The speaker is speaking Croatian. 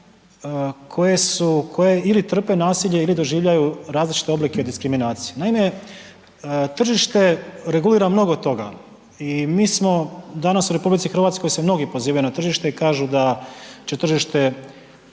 koje ili trpe nasilje ili doživljavaju različite oblike diskriminacije. Naime, tržište regulira mnogo toga i mi smo danas u RH se mnogi pozivaju na tržište i kažu da će tržište